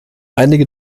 einige